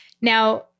Now